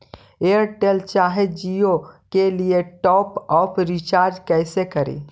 Airtel चाहे जियो के लिए टॉप अप रिचार्ज़ कैसे करी?